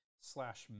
Slash